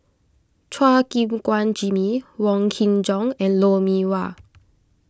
Chua Gim Guan Jimmy Wong Kin Jong and Lou Mee Wah